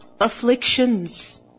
afflictions